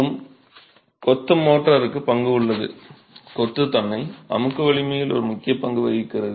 மற்றும் கொத்து மோர்டாருக்கு பங்கு உள்ளது கொத்து அமுக்கு வலிமையில் ஒரு முக்கிய பங்கு வகிக்கிறது